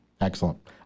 Excellent